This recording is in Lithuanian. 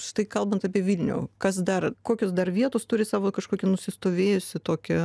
štai kalbant apie vilnių kas dar kokios dar vietos turi savo kažkokį nusistovėjusį tokį